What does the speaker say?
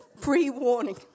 pre-warning